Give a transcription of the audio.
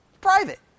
private